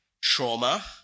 trauma